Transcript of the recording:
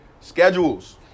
Schedules